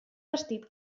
vestit